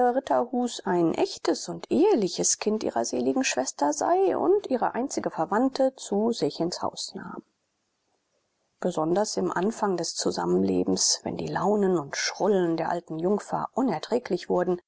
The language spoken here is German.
ritterhus ein echtes und eheliches kind ihrer seligen schwester sei und ihre einzige verwandte zu sich ins haus nahm besonders im anfang des zusammenlebens wenn die launen und schrullen der alten jungfer unerträglich wurden